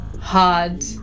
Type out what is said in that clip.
hard